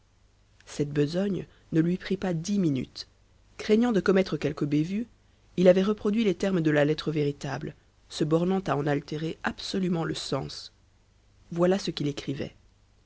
cette besogne ne lui prit pas dix minutes craignant de commettre quelque bévue il avait reproduit les termes de la lettre véritable se bornant à en altérer absolument le sens voici ce qu'il écrivait